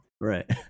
Right